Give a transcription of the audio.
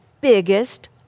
biggest